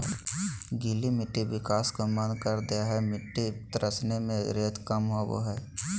गीली मिट्टी विकास को मंद कर दे हइ मिटटी तरसने में रेत कम होबो हइ